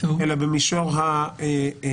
אלא גם במישור המהות,